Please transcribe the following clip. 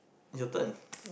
is your turn